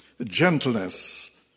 gentleness